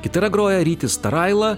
gitara groja rytis taraila